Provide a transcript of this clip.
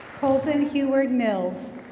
holton qurard mills.